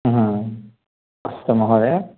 अस्तु महोदय